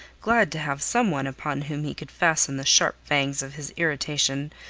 glad to have some one upon whom he could fasten the sharp fangs of his irritation.